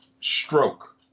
stroke